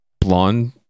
blonde